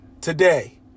today